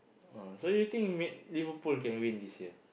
ah so you think Man Liverpool can win this year